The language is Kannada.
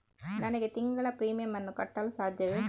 ನನಗೆ ತಿಂಗಳ ಪ್ರೀಮಿಯಮ್ ಅನ್ನು ಕಟ್ಟಲು ಸಾಧ್ಯವೇ?